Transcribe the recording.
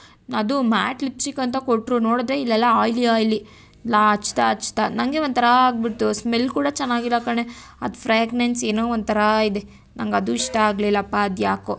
ಅದು matte lipstick ಅಂತ ಕೊಟ್ಟರು ನೋಡಿದ್ರೆ ಇಲ್ಲೆಲ್ಲ ಆಯ್ಲಿ ಆಯ್ಲಿ ಲಾ ಹಚ್ತ ಹಚ್ತ ನನಗೆ ಒಂಥರ ಆಗಿಬಿಡ್ತು ಸ್ಮೆಲ್ ಕೂಡ ಚೆನ್ನಾಗಿಲ್ಲ ಕಣೇ ಅದು ಫ್ರ್ಯಾಗ್ನೆನ್ಸ್ ಏನೋ ಒಂಥರ ಇದೆ ನನಗ್ ಅದು ಇಷ್ಟ ಆಗಲಿಲ್ಲಪ್ಪ ಅದು ಯಾಕೋ